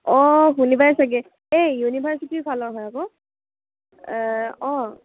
অঁ শুনিবাই চাগে এই ইউনিভাৰ্চিটিৰ ফালৰ হয় আকৌ অঁ